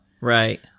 Right